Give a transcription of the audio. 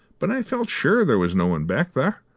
but i felt sure there was no one back there.